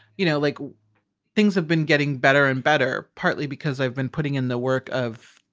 you know, like things have been getting better and better, partly because i've been putting in the work of,